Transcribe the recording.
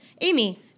Amy